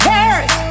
Paris